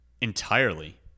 entirely